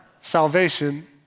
salvation